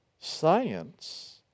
science